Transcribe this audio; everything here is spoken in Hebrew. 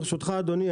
ברשותך אדוני,